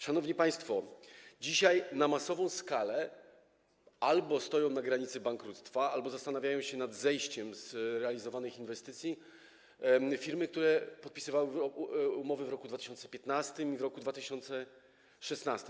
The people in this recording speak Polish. Szanowni państwo, dzisiaj - to zjawisko na masową skalę - albo stoją na granicy bankructwa, albo zastanawiają się nad zejściem z realizowanych inwestycji firmy, które podpisywały umowy w roku 2015 i w roku 2016.